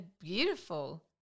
beautiful